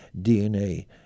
DNA